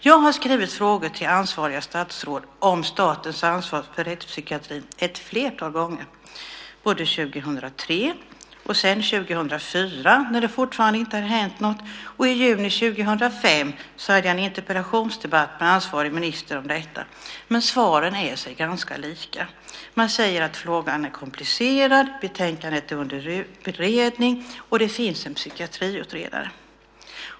Jag har skrivit frågor till ansvariga statsråd om statens ansvar för rättspsykiatrin ett flertal gånger, både 2003 och sedan 2004, när det fortfarande inte hade hänt något. I juni 2005 hade jag en interpellationsdebatt med ansvarig minister om detta. Men svaren är sig ganska lika. Man säger att frågan är komplicerad, att betänkandet är under beredning och att det finns en psykiatriutredare.